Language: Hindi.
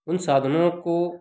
उन साधनों को